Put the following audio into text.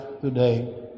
today